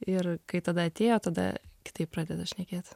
ir kai tada atėjo tada kitaip pradeda šnekėt